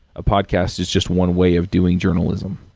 a podcast is just one way of doing journalism.